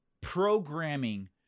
programming